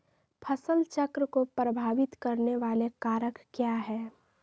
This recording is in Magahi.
फसल चक्र को प्रभावित करने वाले कारक क्या है?